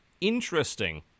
interesting